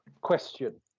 question